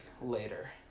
later